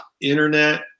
internet